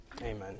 Amen